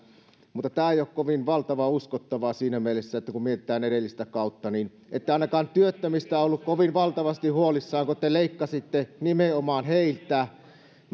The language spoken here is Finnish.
mutta tämä ei ole kovin valtavan uskottavaa siinä mielessä että kun mietitään edellistä kautta niin ette ainakaan työttömistä olleet kovin valtavasti huolissanne kun te leikkasitte nimenomaan heiltä